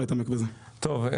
טוב.